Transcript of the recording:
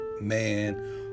man